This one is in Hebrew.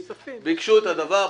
הם ביקשו את הדבר,